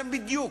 הם הרי בדיוק